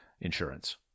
insurance